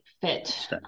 fit